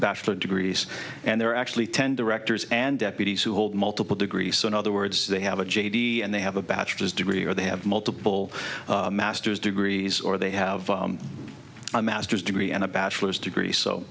bachelor degrees and there are actually ten directors and deputies who hold multiple degrees so in other words they have a j d and they have a bachelor's degree or they have multiple masters degrees or they have a master's degree and a bachelor's degree so